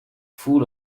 full